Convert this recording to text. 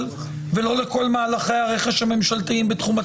ולא לכל מהלכי הרכש הממשלתיים בתחום הטקסטיל?